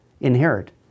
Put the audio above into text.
inherit